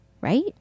right